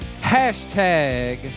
Hashtag